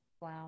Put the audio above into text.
wow